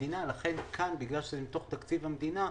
כאן, בגלל שזה בתוך תקציב המדינה,